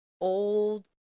old